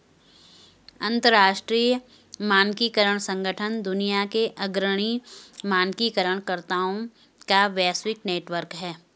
अंतर्राष्ट्रीय मानकीकरण संगठन दुनिया के अग्रणी मानकीकरण कर्ताओं का वैश्विक नेटवर्क है